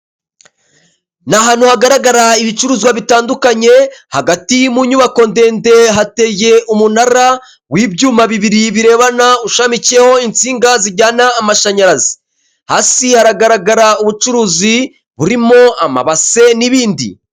Ni ahantu hagaragara ibicuruzwa bitandukanye hagati mu nyubako ndende hateye umunara w'ibyuma bibiri birebana, ushamikiyeho insinga zijyana amashanyarazi hasi haragaragara ubucuruzi burimo amabase n'ibindi.